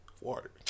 Water